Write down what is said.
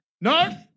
No